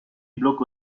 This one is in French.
block